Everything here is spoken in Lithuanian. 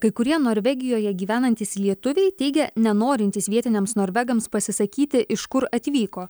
kai kurie norvegijoje gyvenantys lietuviai teigia nenorintys vietiniams norvegams pasisakyti iš kur atvyko